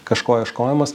kažko ieškojimas